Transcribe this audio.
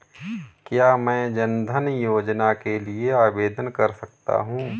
क्या मैं जन धन योजना के लिए आवेदन कर सकता हूँ?